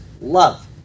love